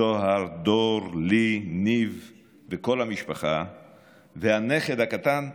זהר, דור, לי, ניב, כל המשפחה והנכד הקטן גפן,